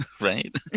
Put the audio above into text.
right